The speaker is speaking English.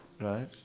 right